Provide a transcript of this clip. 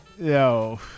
Yo